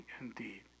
indeed